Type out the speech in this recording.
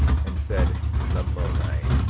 and said lamoni,